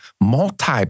multi